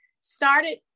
started